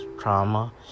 trauma